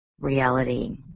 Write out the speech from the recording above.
reality